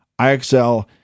IXL